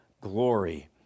glory